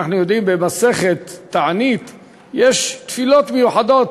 במסכת תענית יש תפילות מיוחדות,